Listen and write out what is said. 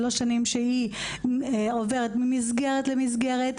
שלוש שנים שהיא עוברת ממסגרת למסגרת,